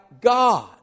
God